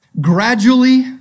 Gradually